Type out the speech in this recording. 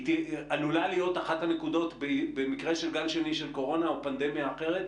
היא עלולה להיות במקרה של גל שני של קורונה או פנדמיה אחרת,